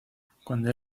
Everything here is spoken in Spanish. cuando